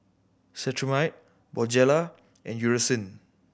Cetrimide Bonjela and Eucerin